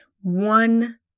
one